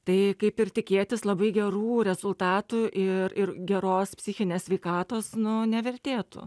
tai kaip ir tikėtis labai gerų rezultatų ir ir geros psichinės sveikatos nu nevertėtų